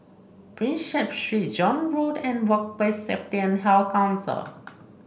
Prinsep Street Zion Road and Workplace Safety and Health Council